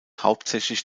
hauptsächlich